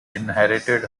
inherited